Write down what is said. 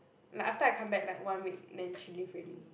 like after I come back like one week then she leave already